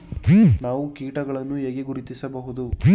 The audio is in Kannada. ನಾವು ಕೀಟಗಳನ್ನು ಹೇಗೆ ಗುರುತಿಸಬಹುದು?